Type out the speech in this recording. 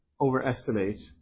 overestimate